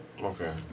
Okay